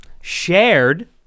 shared